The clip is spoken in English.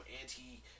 anti